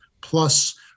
plus